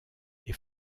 est